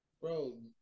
Bro